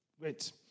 Great